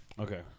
Okay